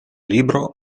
libro